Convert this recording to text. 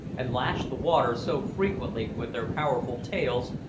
and lashed the water so frequently with their powerful tails,